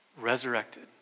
resurrected